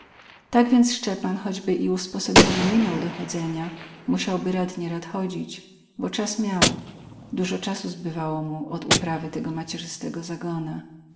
tak więc szczepan choćby i usposobienia nie miał do chodzenia musiałby rad nierad chodzić bo czas miał dużo czasu zbywało mu od uprawy tego macierzystego zagona